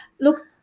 Look